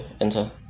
Enter